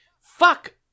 Fuck